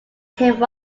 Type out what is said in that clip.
him